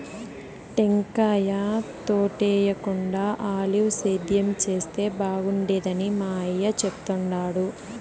టెంకాయ తోటేయేకుండా ఆలివ్ సేద్యం చేస్తే బాగుండేదని మా అయ్య చెప్తుండాడు